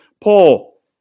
Paul